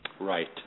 Right